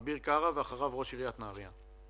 אביר קארה, ואחריו ראש עיריית נהריה.